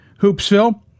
Hoopsville